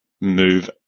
move